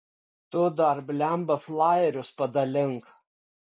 tu dar blemba flajerius padalink